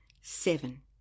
Seven